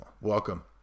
Welcome